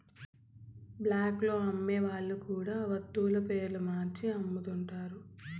black లో అమ్మే వాళ్ళు కూడా వత్తుల పేర్లు మార్చి అమ్ముతుంటారు